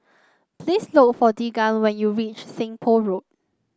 please look for Deegan when you reach Seng Poh Road